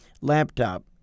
laptop